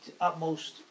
utmost